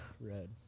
Red